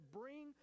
bring